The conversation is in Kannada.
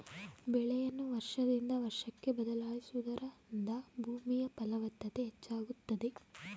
ಬೆಳೆಯನ್ನು ವರ್ಷದಿಂದ ವರ್ಷಕ್ಕೆ ಬದಲಾಯಿಸುವುದರಿಂದ ಭೂಮಿಯ ಫಲವತ್ತತೆ ಹೆಚ್ಚಾಗುತ್ತದೆ